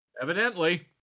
Evidently